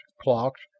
clocks